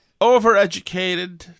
overeducated